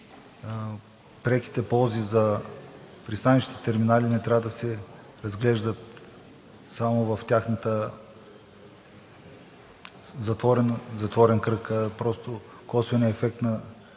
преките ползи за пристанищните терминали не трябва да се разглеждат само в техния затворен кръг, просто косвеният ефект на